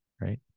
right